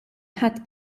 ħadt